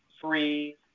free